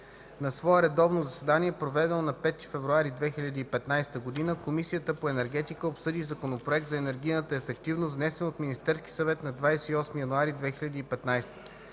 На свое редовно заседание, проведено на 05 февруари 2015г,. Комисията по енергетика обсъди Законопроект за енергийната ефективност, внесен от Министерски съвет на 28.01.2015г.